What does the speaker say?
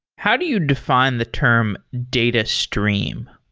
how do you define the term data stream?